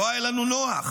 לא היה לנו נוח,